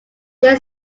they